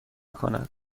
کند